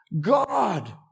God